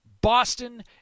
Boston